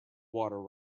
water